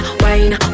wine